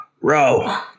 row